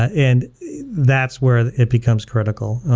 ah and that's where it becomes critical.